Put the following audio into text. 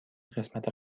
قسمت